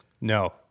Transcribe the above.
No